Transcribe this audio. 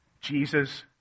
Jesus